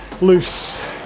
loose